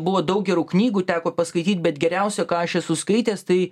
buvo daug gerų knygų teko paskaityt bet geriausia ką aš esu skaitęs tai